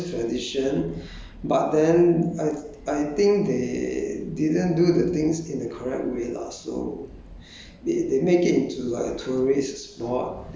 a fore~ is part of a forest where is the forest tradition but then I I think they didn't do the things in the correct way lah so